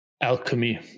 alchemy